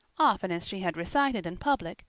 often as she had recited in public,